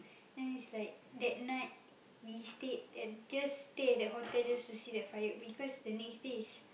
then it's like that night we stayed at just stay at that hotel just to see that firework because the next day is